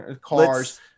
cars